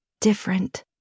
different